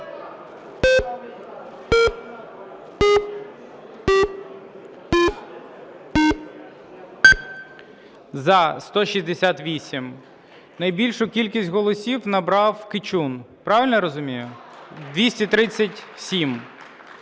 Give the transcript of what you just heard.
За-168 Найбільшу кількість голосів набрав Кичун, правильно я розумію, 237.